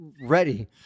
ready